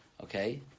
Okay